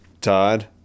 Todd